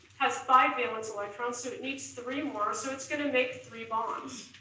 has five valence electrons so it needs three more, so it's gonna make three bonds.